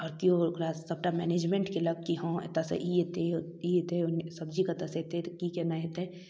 आओर केओ ओकरा सबटा मैनेजमेन्ट केलक कि हँ एतऽसँ ई अएतै ई अएतै तऽ सब्जी कतऽसँ अएतै तऽ कि कोना हेतै